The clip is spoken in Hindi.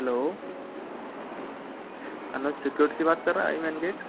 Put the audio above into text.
हैलो अनुज सिक्योरिटी से बात कर रहें